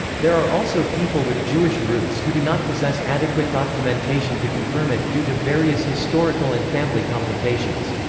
there are also people with jewish roots who do not possess adequate documentation to confirm it, due to various historical and family complications.